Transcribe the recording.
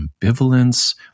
ambivalence